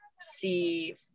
see